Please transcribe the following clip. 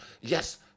yes